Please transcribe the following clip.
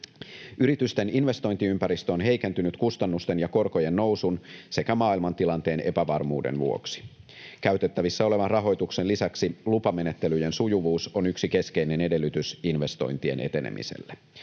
Yritysten investointiympäristö on heikentynyt kustannusten ja korkojen nousun sekä maailmantilanteen epävarmuuden vuoksi. Käytettävissä olevan rahoituksen lisäksi lupamenettelyjen sujuvuus on yksi keskeinen edellytys investointien etenemiselle.